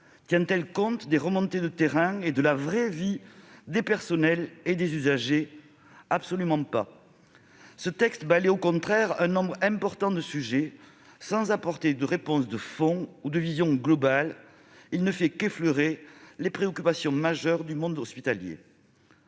Tient-elle compte des remontées de terrain et de la vraie vie des personnels et des usagers ? Absolument pas ! Ce texte balaie, au contraire, un nombre important de sujets sans apporter de réponse de fond ou de vision globale. Il ne fait qu'effleurer les principales préoccupations du monde hospitalier.